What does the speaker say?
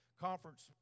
conference